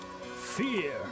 Fear